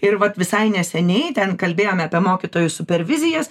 ir vat visai neseniai ten kalbėjome apie mokytojų super vizijas